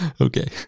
Okay